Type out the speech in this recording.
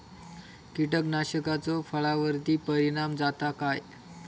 कीटकनाशकाचो फळावर्ती परिणाम जाता काय?